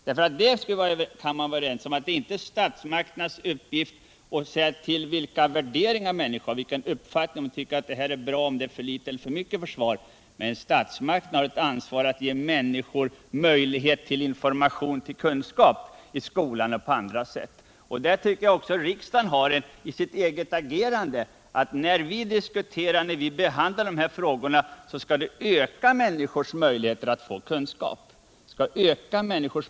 Man kan vara överens om att det inte är statsmakternas uppgift att säga vilka värderingar människor skall ha, men statsmakterna har ett ansvar att ge människor möjlighet till information och kunskap, i skolan och på andra sätt. Det tycker jag också riksdagen har, i sitt eget agerande. När vi diskuterar de här frågorna skall den debatten öka människors möjlighet att få kunskap.